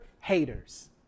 haters